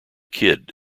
kid